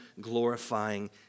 glorifying